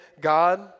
God